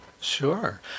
Sure